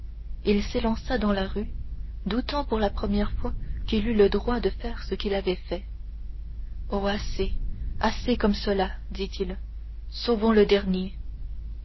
il s'élança dans la rue doutant pour la première fois qu'il eût le droit de faire ce qu'il avait fait oh assez assez comme cela dit-il sauvons le dernier